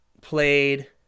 played